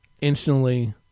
instantly